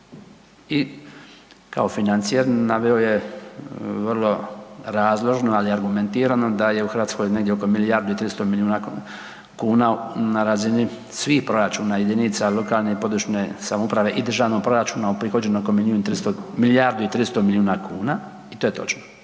i kao financijer naveo je vrlo razložno, ali argumentirano da je u Hrvatskoj negdje oko milijardu i 300 milijuna kuna na razini svih proračuna jedinica lokalne i područne samouprave i državnog proračuna uprihođeno oko milijun i 300, milijardu i 300 milijuna kuna i to je točno